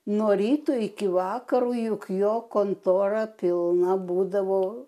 nuo ryto iki vakaro juk jo kontora pilna būdavo